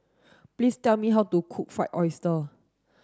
please tell me how to cook fried oyster